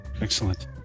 Excellent